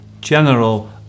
general